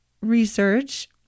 research